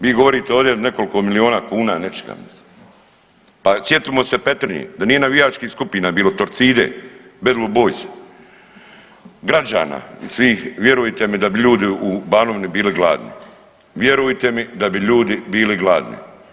Vi govorite ovdje o nekoliko milijuna kuna nečega, pa sjetimo se Petrinje, da nije navijačkih skupina bilo Torcide, BBB-a, građana i svih vjerujte mi da bi ljudi u Banovini bili gladni, vjerujte mi da bi ljudi bili gladni.